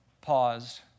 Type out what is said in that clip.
paused